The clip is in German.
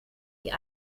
die